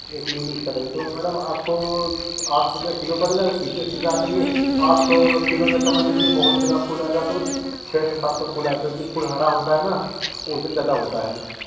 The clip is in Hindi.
एक लिलीस का चाहिए तो मैडम आपको आठ सौ रुपये किलो पड़ेगा पीसेज के हिसाब से लेंगे आप किलो में समझ लीजिए बहुत ज़्यादा फूल आएगा तो छः सौ सात सौ फूल आएगा क्योंकि फूल हरा होता है ना तो पोर्शन ज़्यादा होता है